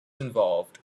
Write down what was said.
involved